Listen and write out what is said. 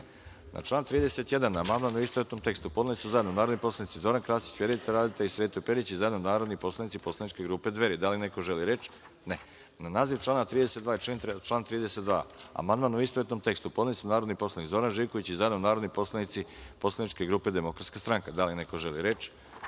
član 31. amandman u istovetnom tekstu, podneli su zajedno narodni poslanici Zoran Krasić, Vjerica Radeta i Sreto Perić, i zajedno narodni poslanici Poslaničke grupe Dveri. Da li neko želi reč? (Ne)Na naziv člana 32. i član 32. amandman, u istovetnom tekstu, podneli su narodni poslanik Zoran Živković, i zajedno narodni poslanici Poslaničke grupe DS.Da li neko želi reč?